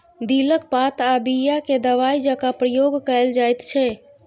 दिलक पात आ बीया केँ दबाइ जकाँ प्रयोग कएल जाइत छै